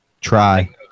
try